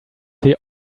wir